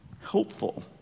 hopeful